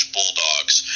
Bulldogs